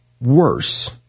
worse